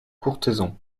courthézon